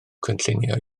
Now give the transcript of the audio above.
cynllunio